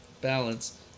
balance